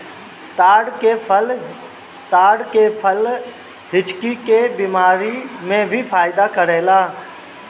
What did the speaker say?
ताड़ के फल हिचकी के बेमारी में भी फायदा करेला